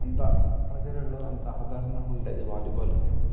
అంత ప్రజలలో అంత ఆదరణ ఉండదు వాలీబాల్కి